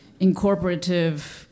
incorporative